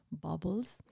bubbles